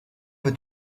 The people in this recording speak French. veux